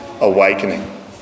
Awakening